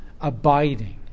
abiding